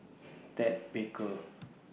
Ted Baker